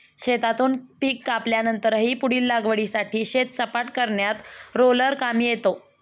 शेतातून पीक कापल्यानंतरही पुढील लागवडीसाठी शेत सपाट करण्यात रोलर कामी येतो